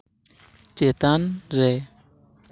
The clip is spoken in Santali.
ᱪᱮᱛᱟᱱ ᱨᱮ